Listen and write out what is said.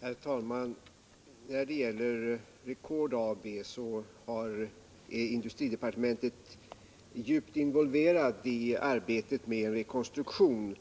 Herr talman! När det gäller Record AB vill jag säga att industridepartementet är djupt involverat i arbetet med en rekonstruktion av